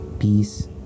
peace